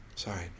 Sorry